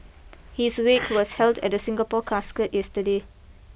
his wake was held at the Singapore Casket yesterday